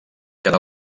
quedà